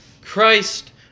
christ